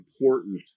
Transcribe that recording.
important